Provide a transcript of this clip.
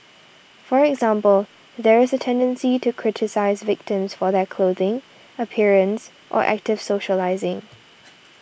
for example there is a tendency to criticise victims for their clothing appearance or active socialising